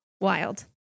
Wild